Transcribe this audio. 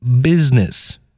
business